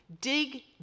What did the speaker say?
Dig